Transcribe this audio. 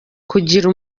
kugira